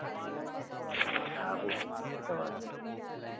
आबू सभ आदमी